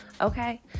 okay